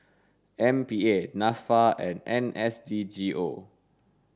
M P A NAFA and N S D G O